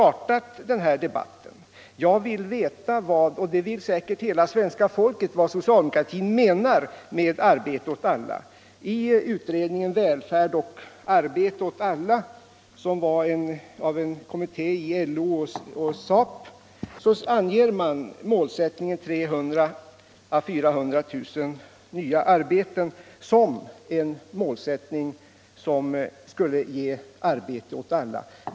Jag vill veta — och det vill säkert hela svenska folket — vad socialdemokratin menar med ”arbete åt alla”. I utredningen Välfärd och arbete åt alla, som gjordes av en kommitté i LO och SAP, anger man att 300 000 å 400 000 nya arbeten skulle ge arbete åt alla.